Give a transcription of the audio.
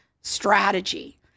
strategy